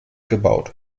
gebaut